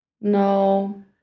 No